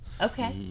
Okay